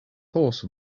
horse